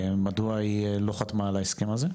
מדוע היא לא חתמה על ההסכם הזה,